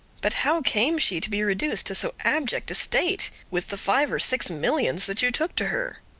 but how came she to be reduced to so abject a state with the five or six millions that you took to her?